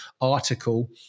article